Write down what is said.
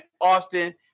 Austin